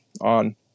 on